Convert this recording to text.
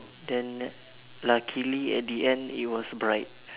then luckily at the end it was bright